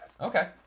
Okay